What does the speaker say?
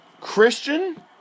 Christian